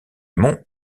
monts